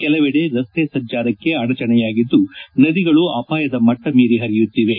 ಕೆಲವೆಡೆ ರಸ್ತೆ ಸಂಜಾರಕ್ಕೆ ಆಡಚಣೆಯಾಗಿದ್ದು ನದಿಗಳು ಅಪಾಯದಮಟ್ಟ ಮೀರಿ ಪರಿಯುತ್ತಿವೆ